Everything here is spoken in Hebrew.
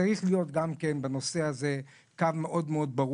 צריך להיות קו מאוד ברור,